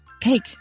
Cake